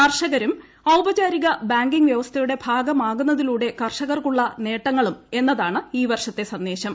കർഷകരും ഔപചാരിക ബാങ്കിംഗ് വൃവസ്ഥയുടെ ഭാഗമാകുന്നതിലൂടെ കർഷകർക്കുളള നേട്ടങ്ങളും എന്നതാണ് ഈ വർഷത്തെ സന്ദേശം